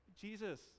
Jesus